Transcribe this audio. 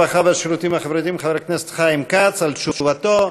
הרווחה והשירותים החברתיים חבר הכנסת חיים כץ על תשובתו.